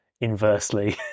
inversely